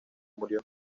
murió